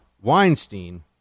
Weinstein